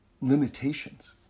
limitations